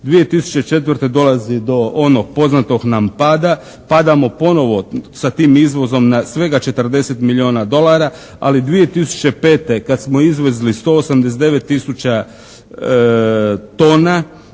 2004. dolazi do onog poznatog nam pada. Padamo ponovno sa tim izvozom na svega 40 milijuna dolara, ali 2005. kad smo izvezli 189 tisuća